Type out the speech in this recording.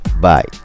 Bye